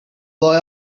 boy